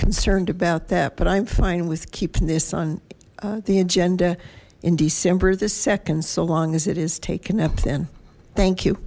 concerned about that but i'm fine with keeping this on the agenda in december the second so long as it is taken up then thank you